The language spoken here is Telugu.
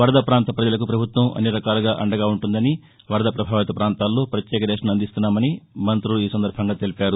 వరద ప్రాంత ప్రపజలకు ప్రభుత్వం అన్నిరకాలుగా అండగా ఉంటుందని వరద ప్రభావిత ప్రాంతాలలో ప్రత్యేక రేషన్ అందిస్తున్నామని తెలిపారు